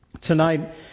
tonight